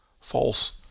false